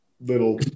little